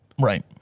Right